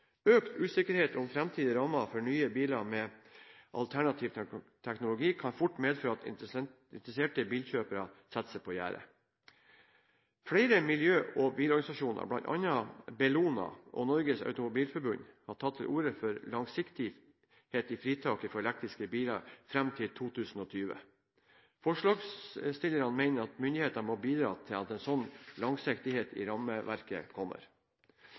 Økt usikkerhet om framtidige rammer for nye biler med alternativ teknologi kan fort medføre at interesserte bilkjøpere setter seg på gjerdet. Flere miljø- og bilorganisasjoner, bl.a. Bellona og Norges Automobil-Forbund, har tatt til orde for langsiktighet i fritaket for elektriske biler fram til 2020. Forslagsstillerne mener at myndighetene må bidra til at en sånn langsiktighet i rammeverket kommer.